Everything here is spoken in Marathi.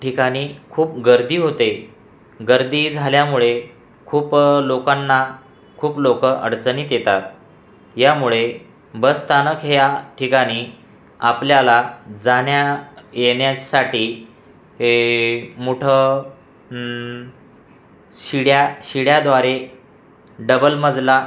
ठिकाणी खूप गर्दी होते गर्दी झाल्यामुळे खूप लोकांना खूप लोक अडचणीत येतात यामुळे बसस्थानक ह्या ठिकाणी आपल्याला जाण्यायेण्यासाठी एक मोठं शिड्या शिड्याद्वारे डबल मजला